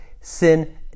sin